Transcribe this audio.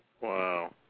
Wow